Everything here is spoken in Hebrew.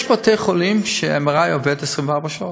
יש בתי-חולים שבהם ה-MRI עובד 24 שעות,